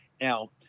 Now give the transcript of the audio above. Now